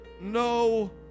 no